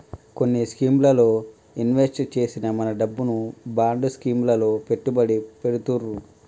కొన్ని స్కీముల్లో ఇన్వెస్ట్ చేసిన మన డబ్బును బాండ్ స్కీం లలో పెట్టుబడి పెడతుర్రు